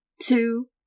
two